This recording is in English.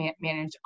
manage